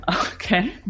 Okay